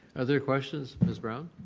are there questions? ms. brown?